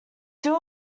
duel